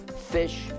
Fish